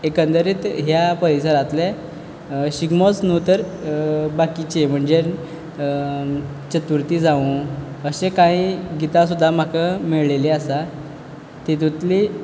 एकंदरीत ह्या परिसरांतले शिगमोच न्हू तर बाकीचे म्हणजे चतुर्थी जावूं अशें काही गितां सुद्दां म्हाका मेयळेळी आसा तितूंतलीं